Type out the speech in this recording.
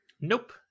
Nope